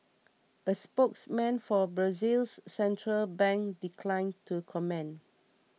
a spokesman for Brazil's central bank declined to comment